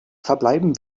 verbleiben